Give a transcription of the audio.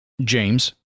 James